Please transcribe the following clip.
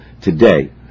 today